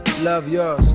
love yourz.